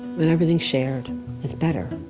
and everything shared is better